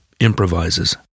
improvises